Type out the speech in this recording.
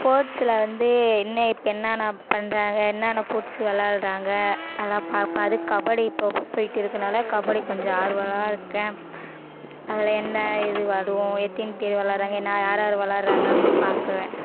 ஸ்போர்ட்ஸில் வந்து என்ன இப்போ என்னன்ன பண்ணுறாங்க என்னன்ன போர்ட்ஸ் விளாடுறாங்க அதெல்லாம் பார்ப்பேன் அதுவும் கபடி இப்போ போய்ட்டிருக்கனால கபடி கொஞ்சம் ஆர்வமா இருக்கேன் அதில் என்ன எது வரும் எத்தினி பேர் விளாடுறாங்க என்ன யார் யார் விளாடுறாங்கன்னு பாக்குவேன்